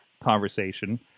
conversation